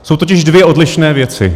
Jsou totiž dvě odlišné věci.